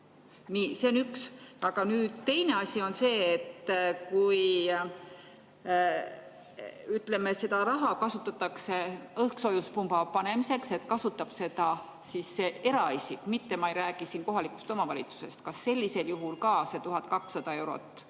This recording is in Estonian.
on üks [küsimus]. Aga teine on see, et kui, ütleme, seda raha kasutatakse õhksoojuspumba panemiseks, seda kasutab siis eraisik, mitte ma ei räägi kohalikust omavalitsusest, kas sellisel juhul ka see 1200 eurot